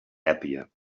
happier